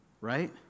right